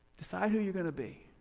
decide who you're gonna be.